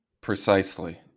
Precisely